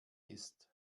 ist